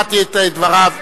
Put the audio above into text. אחמד טיבי יוצא מאולם המליאה.)